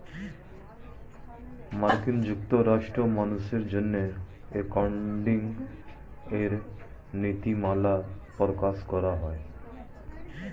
মার্কিন যুক্তরাষ্ট্রে মানুষের জন্য অ্যাকাউন্টিং এর নীতিমালা প্রকাশ করা হয়